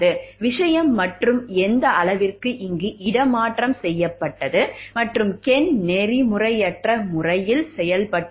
விஷயம் மற்றும் எந்த அளவிற்கு இங்கு இடமாற்றம் செய்யப்பட்டது மற்றும் கென் நெறிமுறையற்ற முறையில் செயல்பட்டாரா